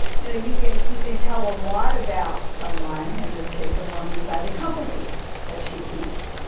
you know you can you can tell a lot about someone, in this case a woman, by the company that she keeps.